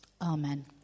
Amen